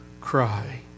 cry